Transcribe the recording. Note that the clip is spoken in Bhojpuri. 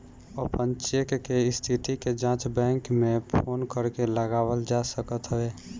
अपन चेक के स्थिति के जाँच बैंक में फोन करके लगावल जा सकत हवे